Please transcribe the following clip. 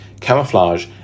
camouflage